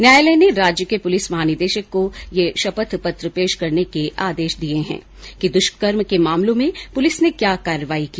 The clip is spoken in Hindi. न्यायालय ने राज्य के पुलिस महानिदेशक को यह शपथ पत्र पेश करने के आदेश दिए हैं कि दुष्कर्म के मामलों में पुलिस ने क्या कार्रवाई की